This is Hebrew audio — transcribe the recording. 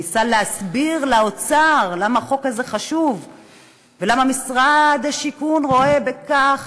אלא ניסה להסביר לאוצר למה החוק הזה חשוב ולמה משרד השיכון רואה בכך